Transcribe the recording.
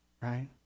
right